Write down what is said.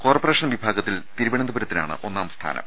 corporation വിഭാ ഗത്തിൽ തിരുവനന്തപുരത്തിനാണ് ഒന്നാംസ്ഥാനം